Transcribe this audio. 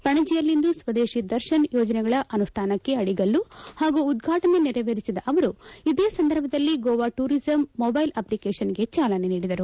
ಪಣಜಿಯಲ್ಲಿಂದು ಸ್ವದೇಶಿ ದರ್ಶನ್ ಯೋಜನೆಗಳ ಅನುಷ್ಠಾನಕ್ಕೆ ಅಡಿಗಲ್ಲು ಹಾಗೂ ಉದ್ಘಾಟನೆ ನೆರವೇರಿಸಿದ ಅವರು ಇದೇ ಸಂದರ್ಭದಲ್ಲಿ ಗೋವಾ ಟೂರಿಸಂ ಮೊಬೈಲ್ ಅಖ್ಲಿಕೇಷನ್ಗೆ ಚಾಲನೆ ನೀಡಿದರು